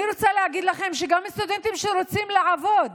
אני רוצה להגיד לכם שגם סטודנטים שרוצים לעבוד,